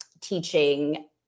teaching